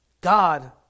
God